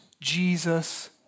Jesus